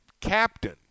captain